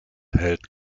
hält